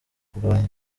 kugabanya